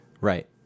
Right